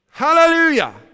Hallelujah